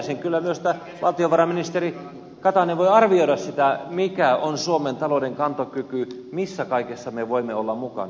pyytäisin kyllä myös että valtiovarainministeri katainen voisi arvioida sitä mikä on suomen talouden kantokyky missä kaikessa me voimme olla mukana